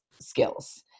skills